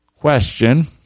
Question